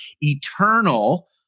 eternal